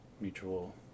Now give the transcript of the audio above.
mutual